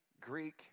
Greek